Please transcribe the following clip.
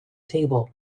table